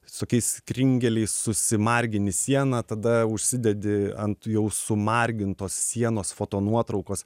visokiais kringeliais susimargini sieną tada užsidedi ant jau sumargintos sienos fotonuotraukos